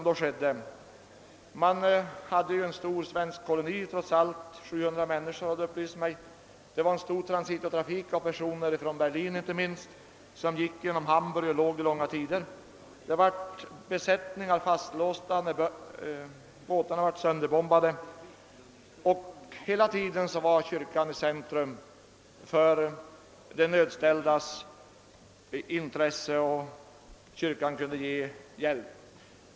Det fanns trots allt en stor svensk koloni — 700 människor, hade det upplysts mig — det förekom en stor transitotrafik av personer inte minst från Berlin genom Hamburg som stannade där under lång tid, och det fanns fartygsbesättningar som blev fastlåsta när fariygen hade bombarderats. Hela tiden fanns kyrkan i centrum för de nödställdas intresse, och kyrkan kunde ge hjälp.